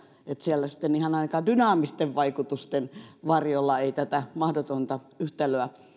siellä sitten ihan ainakaan dynaamisten vaikutusten varjolla ei tätä mahdotonta yhtälöä